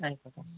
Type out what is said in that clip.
ആയിക്കോട്ടെ